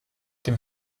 dem